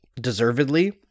deservedly